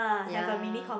ya